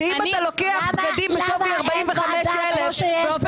שאם אתה לוקח בגדים בשווי 45,000 והופך